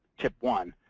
tip one.